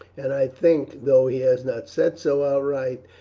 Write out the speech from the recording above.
and i think, though he has not said so outright,